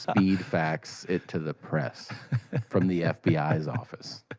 speed fax it to the press from the fbi's office.